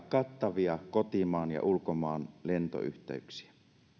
kattavia kotimaan ja ulkomaanlentoyhteyksiä